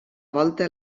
volta